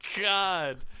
god